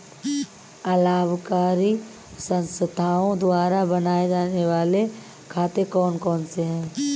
अलाभकारी संस्थाओं द्वारा बनाए जाने वाले खाते कौन कौनसे हैं?